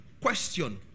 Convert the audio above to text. Question